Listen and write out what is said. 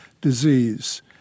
disease